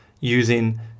using